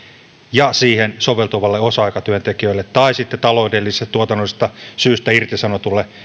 ja siihen soveltuvalle osa aikatyöntekijälle tai sitten taloudellisista tai tuotannollisista syistä irtisanotulle